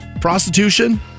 prostitution